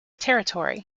territory